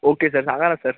okay sir सांगा ना sir